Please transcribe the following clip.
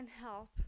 help